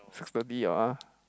six thirty [liao] ah